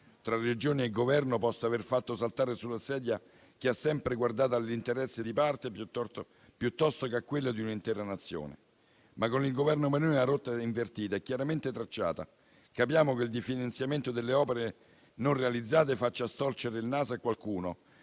tra le Regioni e il Governo possa aver fatto saltare sulla sedia chi ha sempre guardato all'interesse di parte piuttosto che a quello dell'intera Nazione, ma con il Governo Meloni la rotta si è invertita ed è chiaramente tracciata. Capiamo che il definanziamento delle opere non realizzate faccia storcere il naso a qualcuno.